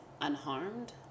unharmed